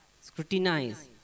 scrutinize